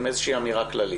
עם איזושהי אמירה כללית.